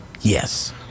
Yes